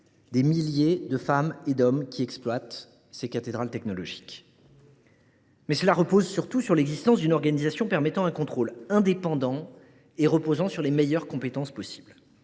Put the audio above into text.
des milliers de femmes et d’hommes qui exploitent ces cathédrales technologiques. Il repose surtout sur l’existence d’une organisation permettant un contrôle indépendant et reposant sur les meilleures compétences possible.